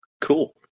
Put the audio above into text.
Cool